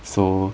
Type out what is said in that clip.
so